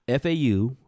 FAU